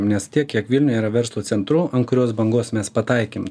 nes tiek kiek vilniuj yra verslo centrų ant kurios bangos mes pataikėm